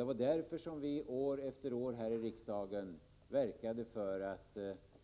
Det var därför som vi år efter år här i riksdagen verkade för att